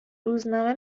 روزنامه